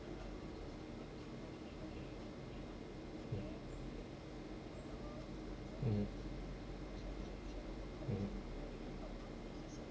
mm mm mm